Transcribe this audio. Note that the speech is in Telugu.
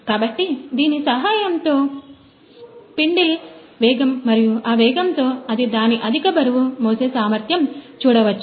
కాబట్టి దీని సహాయంతో కుదురు వేగం మరియు ఆ వేగముతో అది దాని అధిక బరువు మోసే సామర్థ్యం చూడవచ్చు